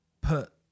put